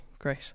great